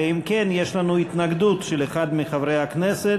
ואם כן, יש לנו התנגדות של אחד מחברי הכנסת,